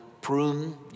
prune